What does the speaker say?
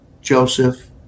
Joseph